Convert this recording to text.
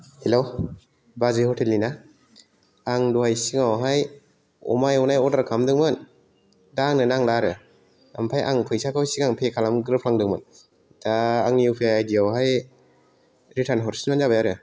hello बाजै ह'टेलनिना आं दहाय सिगाङावहाय अमा एवनाय अर्दार खालामदोंमोन दा आंनो नांला आरो ओमफ्राय आं फैसाखौ सिगां पे खालामग्रोफ्लांदोमोन दा आंनि इउ पि आइ आयदि आवहाय रितार्न हरफिनबानो जाबाय आरो